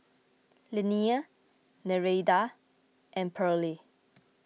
Linnea Nereida and Pearle